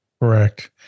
Correct